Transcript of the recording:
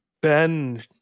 Ben